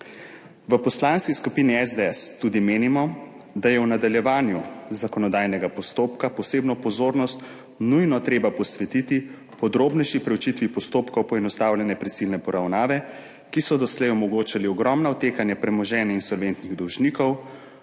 V Poslanski skupini SDS tudi menimo, da je v nadaljevanju zakonodajnega postopka posebno pozornost nujno treba posvetiti podrobnejši preučitvi postopkov poenostavljene prisilne poravnave, ki so doslej omogočali ogromna odtekanja premoženja insolventnih dolžnikov,